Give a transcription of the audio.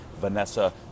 Vanessa